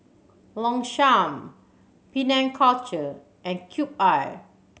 Longchamp Penang Culture and Cube I